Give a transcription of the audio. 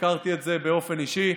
הכרתי את זה באופן אישי.